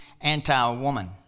anti-woman